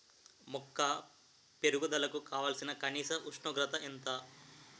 మొక్క పెరుగుదలకు కావాల్సిన కనీస ఉష్ణోగ్రత ఎంత?